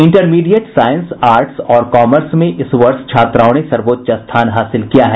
intermediate science arts और commerce में इस वर्ष छात्राओं ने सर्वोच्च स्थान हासिल किया है